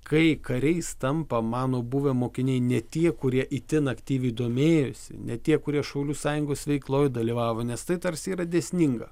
kai kariais tampa mano buvę mokiniai ne tie kurie itin aktyviai domėjosi ne tie kurie šaulių sąjungos veikloj dalyvavo nes tai tarsi yra dėsninga